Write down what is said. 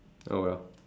oh well